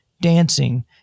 dancing